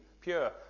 pure